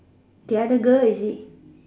the other girl is it